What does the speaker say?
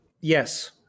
yes